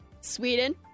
Sweden